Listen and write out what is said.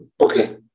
okay